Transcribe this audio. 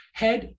head